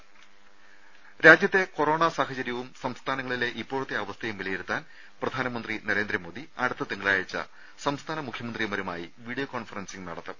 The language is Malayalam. രുമ രാജ്യത്തെ കൊറോണ സാഹചര്യവും സംസ്ഥാനങ്ങളിലെ ഇപ്പോഴത്തെ അവസ്ഥയും വിലയിരുത്താൻ പ്രധാനമന്ത്രി നരേന്ദ്ര മോദി അടുത്ത തിങ്കളാഴ്ച സംസ്ഥാന മുഖ്യമന്ത്രിമാരുമായി വീഡിയോ കോൺഫറൻസിംഗ് നടത്തും